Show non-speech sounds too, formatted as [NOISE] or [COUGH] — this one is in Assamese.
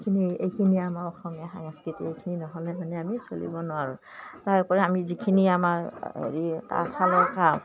এইখিনি এইখিনিয়ে আমাৰ অসমীয়া সাংস্কৃতি এইখিনি নহ'লে হ'নে আমি চলিব নোৱাৰোঁ তাৰ উপৰি আমি যিখিনি আমাৰ হেৰি তাঁশালৰ [UNINTELLIGIBLE]